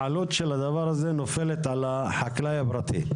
העלות של הדבר הזה נופלת על החקלאי הפרטי.